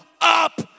up